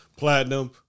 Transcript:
Platinum